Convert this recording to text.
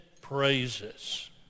praises